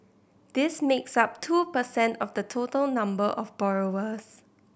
this makes up two per cent of the total number of borrowers